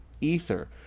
ether